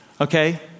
okay